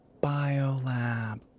Biolab